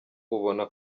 ubona